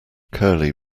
curly